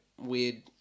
weird